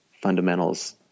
fundamentals